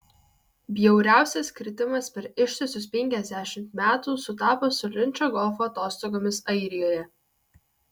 bjauriausias kritimas per ištisus penkiasdešimt metų sutapo su linčo golfo atostogomis airijoje